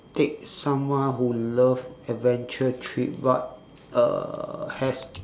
take someone who loves adventure trip but uh has